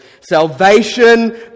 Salvation